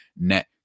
net